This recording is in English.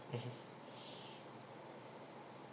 mmhmm